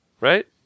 right